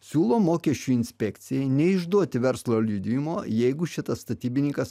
siūlo mokesčių inspekcijai neišduoti verslo liudijimo jeigu šitas statybininkas